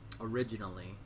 originally